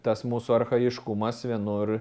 tas mūsų archajiškumas vienur